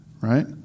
right